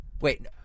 Wait